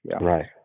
Right